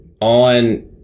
on